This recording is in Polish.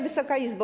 Wysoka Izbo!